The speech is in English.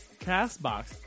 Castbox